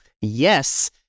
yes